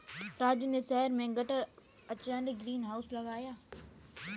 राजू ने शहर में गटर अटैच्ड ग्रीन हाउस लगाया है